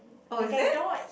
oh is it